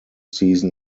season